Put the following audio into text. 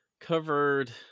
covered